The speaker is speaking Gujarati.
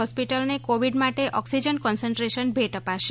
હોસ્પિટલને કોવિડ માટે ઓક્સિજન કોન્સન્ટ્રેશન ભેટ અપાશે